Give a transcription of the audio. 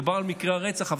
מדובר על מקרי הרצח,